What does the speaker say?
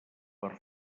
per